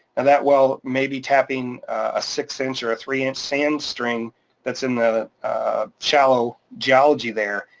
and that well may be tapping a six inch or a three inch sand string that's in the shallow geology there,